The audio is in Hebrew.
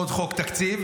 עוד חוק תקציב.